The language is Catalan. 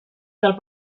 del